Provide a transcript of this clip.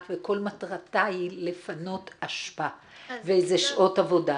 וכל מטרתה היא לפנות אשפה וזה שעות עבודה.